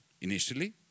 initially